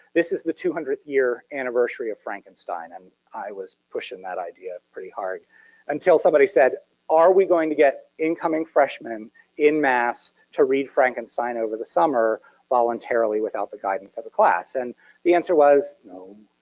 this is the two hundredth year anniversary of frankenstein, and i was pushing that idea pretty hard until somebody said are we going to get incoming freshman in mass to read frankenstein over the summer voluntarily without the guidance of the class? and the answer was no.